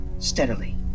steadily